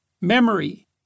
Memory